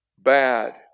Bad